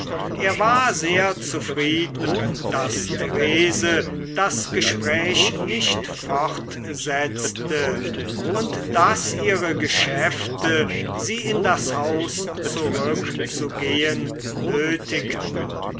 er war sehr zufrieden daß therese das gespräch nicht fortsetzte und daß ihre geschäfte sie in das haus zurückzugehen nötigten